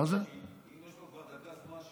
אם יש לו דקה זמן,